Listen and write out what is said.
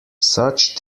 such